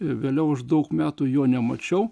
vėliau aš daug metų jo nemačiau